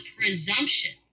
presumption